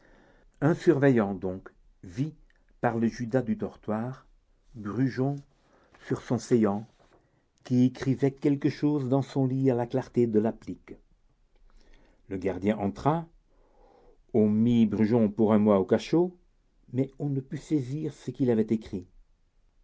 un surveillant donc vit par le judas du dortoir brujon sur son séant qui écrivait quelque chose dans son lit à la clarté de l'applique le gardien entra on mit brujon pour un mois au cachot mais on ne put saisir ce qu'il avait écrit